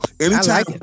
anytime